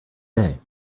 day